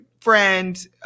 friend